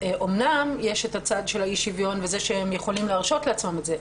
אמנם יש את הצד של אי השוויון וזה שהם יכולים להרשות לעצמם את זה,